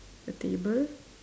a table